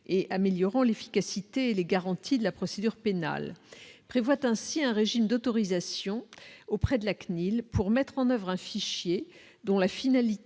et améliorant l'efficacité et les garanties de la procédure pénale prévoit ainsi un régime d'autorisation auprès de la CNIL pour mettre en oeuvre un fichier dont la finalité